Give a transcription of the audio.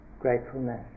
gratefulness